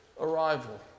arrival